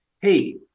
Hey